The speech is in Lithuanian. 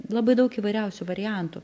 labai daug įvairiausių variantų